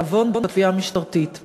תציג את הצעת החוק, שוב, שרת המשפטים ציפי